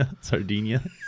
Sardinia